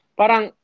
parang